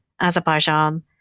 Azerbaijan